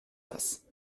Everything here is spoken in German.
das